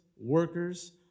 workers